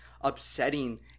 upsetting